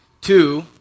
Two